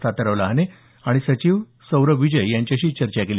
तात्याराव लहाने आणि सचिव सौरभ विजय यांच्याशी चर्चा केली